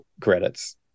credits